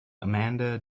amanda